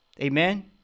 Amen